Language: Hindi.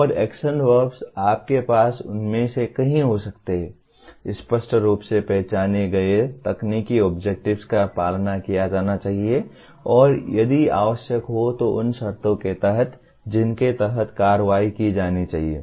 और एक्शन वर्ब्स आपके पास उनमें से कई हो सकती है स्पष्ट रूप से पहचाने गए तकनीकी ऑब्जेक्ट्स का पालन किया जाना चाहिए और यदि आवश्यक हो तो उन शर्तों के तहत जिनके तहत कार्रवाई की जानी है